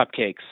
cupcakes